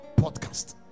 podcast